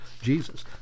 Jesus